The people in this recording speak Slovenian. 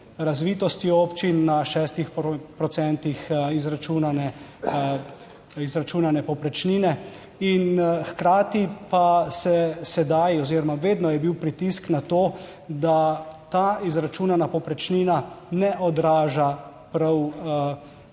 razvitosti občin na 6 procentih izračunane povprečnine. In hkrati pa se sedaj oziroma vedno je bil pritisk na to, da ta izračunana povprečnina ne odraža prav